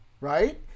right